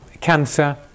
cancer